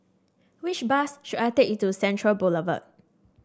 which bus should I take to Central Boulevard